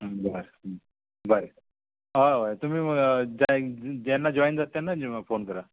बरें बरें हय हय तुमी जाय जेन्ना जॉयन जात तेन्ना फोन करा